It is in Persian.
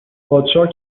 پادشاه